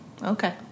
Okay